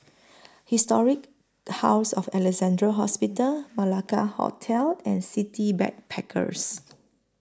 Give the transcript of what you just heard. Historic House of Alexandra Hospital Malacca Hotel and City Backpackers